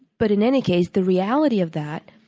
but, in any case, the reality of that